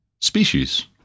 species